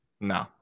No